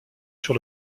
sur